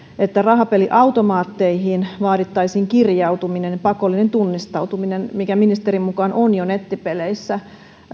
että rahapeliautomaatteihin vaadittaisiin kirjautuminen pakollinen tunnistautuminen mikä ministerin mukaan on jo nettipeleissä